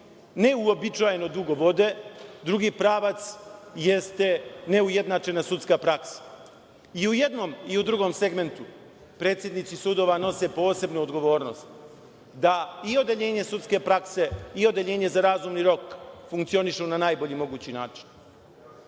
neuobičajeno dugo vode. Drugi pravac jeste neujednačena sudska praksa. I u jednom i u drugom segmentu predsednici sudova nose posebnu odgovornost, da i odeljenje sudske prakse i odeljenje za razumni rok funkcionišu na najbolji mogući način. Osim